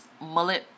mullet